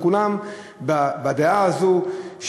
כולם בדעה הזאת,